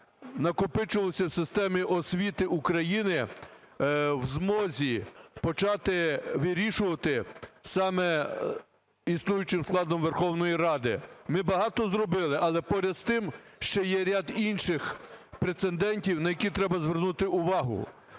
накопичувалися в системі освіти України, в змозі почати вирішувати саме існуючим складом Верховної Ради. Ми багато зробили, але поряд з тим ще є ряд інших прецедентів, на які треба звернути увагу.